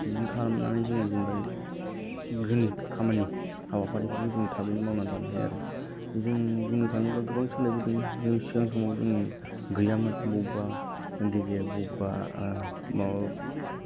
बिदिनो खालामनानै जोङो जेनबा जोंनि खामानि हाबाफारिफोरखौ जों थाबैनो मावनानै लानो हायो आरो जों बुंनो थाङोबा गोबां सोलायबोदों लोगोसे गोबां सिगां समाव जों गैयामोन बबेबा गेजेर बबेबा माबा